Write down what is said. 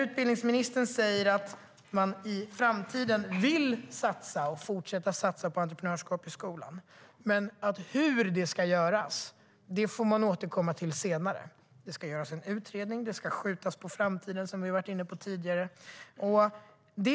Utbildningsministern säger att man i framtiden vill satsa och fortsätta satsa på entreprenörskap i skolan, men hur det ska göras får man återkomma till senare. Det ska göras en utredning. Det ska, som vi har varit inne på tidigare, skjutas på framtiden.